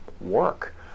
work